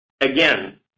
Again